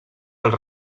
els